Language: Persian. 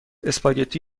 اسپاگتی